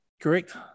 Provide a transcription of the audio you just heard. Correct